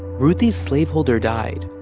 ruthie's slaveholder died,